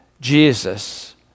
Jesus